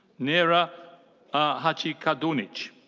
nera hadzikadunic.